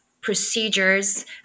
procedures